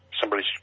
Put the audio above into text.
somebody's